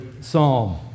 psalm